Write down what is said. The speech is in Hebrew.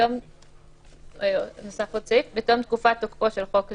בתום תקופת תוקפו של חוק זה,